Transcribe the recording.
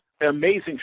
Amazing